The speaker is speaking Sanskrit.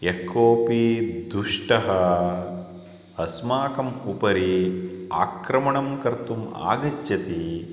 यः कोपि दुष्टः अस्माकम् उपरि आक्रमणं कर्तुम् आगच्छति